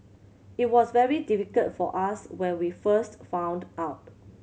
it was very difficult for us when we first found out